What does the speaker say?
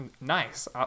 nice